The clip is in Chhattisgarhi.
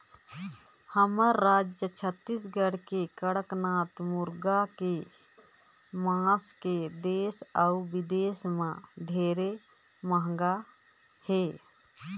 हमर रायज छत्तीसगढ़ के कड़कनाथ मुरगा के मांस के देस अउ बिदेस में ढेरे मांग हे